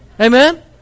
Amen